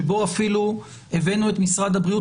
שבו אפילו הבאנו את משרד הבריאות